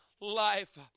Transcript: life